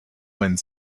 wind